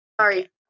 Sorry